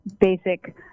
basic